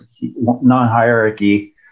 non-hierarchy